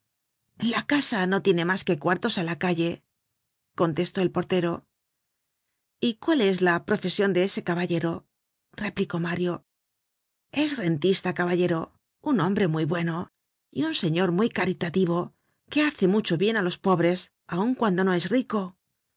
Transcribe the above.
la casa no tiene mas que cuartos á la calle contestó el portero y cual es la profesion de ese caballero replicó mario es rentista caballero un hombre muy bueno y un señor muy caritativo que hace mucho bien á los pobres aun cuando no es rico